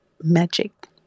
magic